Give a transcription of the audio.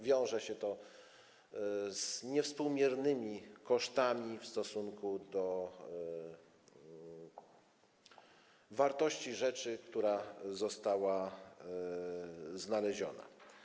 Wiąże się to z niewspółmiernymi kosztami w stosunku do wartości rzeczy, która została znaleziona.